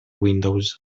windows